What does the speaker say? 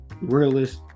realist